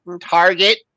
target